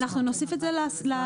אנחנו נוסיף את זה בנוסח,